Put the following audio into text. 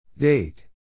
Date